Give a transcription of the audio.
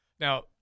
Now